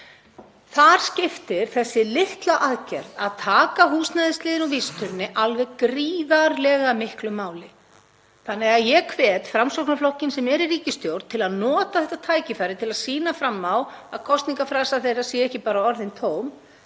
Þar skiptir þessi litla aðgerð að taka húsnæðisliðinn úr vísitölunni alveg gríðarlega miklu máli. Því hvet ég Framsóknarflokkinn, sem er í ríkisstjórn, til að nota tækifærið og sýna fram á að kosningafrasar hans séu ekki bara orðin tóm.